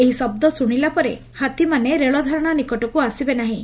ଏହି ଶବ ଶୁଶିଲା ପରେ ହାତୀମାନେ ରେଳ ଧାରଶା ନିକଟକୁ ଆସିବେ ନାହିଁ